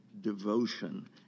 devotion